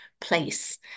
place